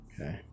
okay